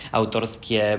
autorskie